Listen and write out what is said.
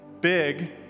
big